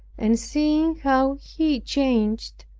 and seeing how he changed,